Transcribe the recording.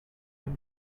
can